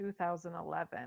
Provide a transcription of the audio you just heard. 2011